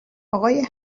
آقای